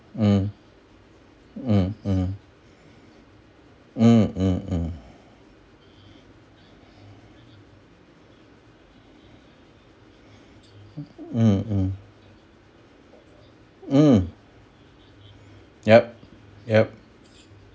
mm mm mm mm mm mm mm mm mm mm yup yup